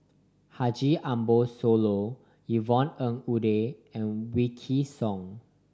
Haji Ambo Sooloh Yvonne Ng Uhde and Wykidd Song